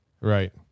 Right